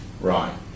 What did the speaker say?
right